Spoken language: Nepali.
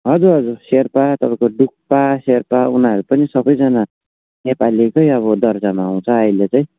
हजुर हजुर शेर्पा तपाईँको डुक्पा शेर्पा उनीहरू सबैजना नेपालीकै अब दर्जामा आउँछ अहिले चाहिँ